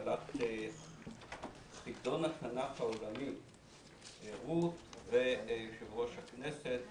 כלת חידון התנ"ך העולמי, רות, ויושב-ראש הכנסת.